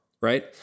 right